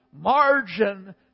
margin